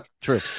True